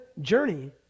journey